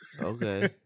Okay